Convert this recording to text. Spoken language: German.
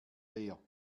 leer